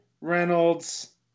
Reynolds